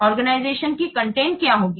संगठन की कंटेंट क्या होगी